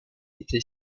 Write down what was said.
était